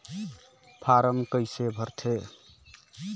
Form कइसे भरते?